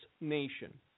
nation